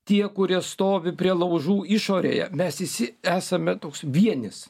tie kurie stovi prie laužų išorėje mes visi esame toks vienis